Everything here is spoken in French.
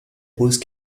pause